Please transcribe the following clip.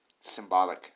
Symbolic